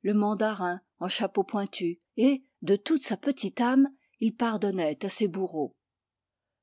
le mandarin en chapeau pointu et de toute sa petite âme il pardonnait à ses bourreaux